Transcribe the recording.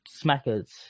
smackers